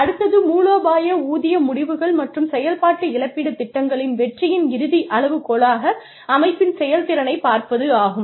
அடுத்தது மூலோபாய ஊதிய முடிவுகள் மற்றும் செயல்பாட்டு இழப்பீட்டுத் திட்டங்களின் வெற்றியின் இறுதி அளவுகோலாக அமைப்பின் செயல்திறனைப் பார்ப்பது ஆகும்